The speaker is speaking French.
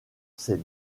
s’est